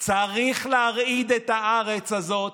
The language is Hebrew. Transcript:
צריך להרעיד את הארץ הזאת,